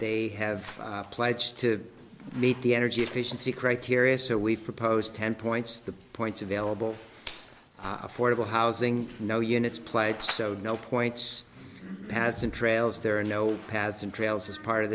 they have pledged to meet the energy efficiency criteria so we've proposed ten points the points available affordable housing no units place so no points has been trails there are no paths and trails as part of